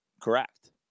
correct